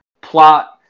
plot